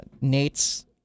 Nate's